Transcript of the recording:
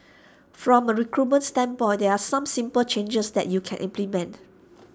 from A recruitment standpoint there are some simple changes that you can implement